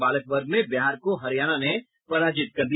बालक वर्ग में बिहार को हरियाणा ने पराजित किया